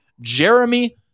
Jeremy